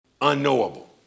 unknowable